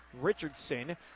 richardson